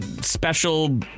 special